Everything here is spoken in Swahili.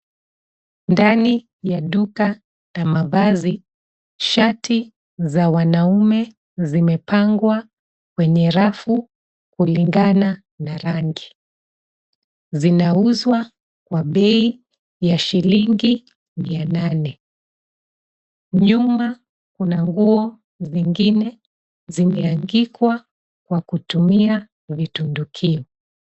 Ndani ya duka la mavazi, shati za wanaume zimepangwa kwenye rafu kulingana na rangi. Zinauzwa kwa bei ya shilingi mia nane. Nyuma kuna nguo vingine zimeanikwa kwa kutumia vitundukio.